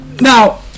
now